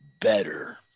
better